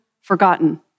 forgotten